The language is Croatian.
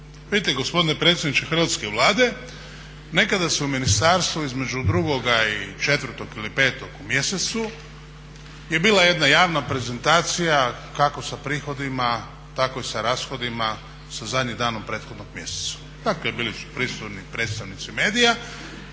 Vidite gospodine predsjedniče Hrvatske vlade nekada je u ministarstvu između 2. ili 4. ili 5. u mjesecu je bila jedna javna prezentacija kako sa prihodima tako i sa rashodima sa zadnjim danom prethodnog mjeseca. Dakle, bili su prisutni predstavnici medija,